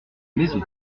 maison